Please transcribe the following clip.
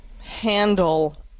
handle